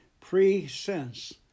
Pre-sense